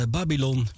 Babylon